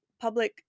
public